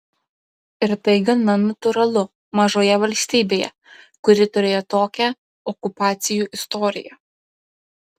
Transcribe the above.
ir tai gana natūralu mažoje valstybėje kuri turėjo tokią okupacijų istoriją